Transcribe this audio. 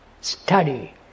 study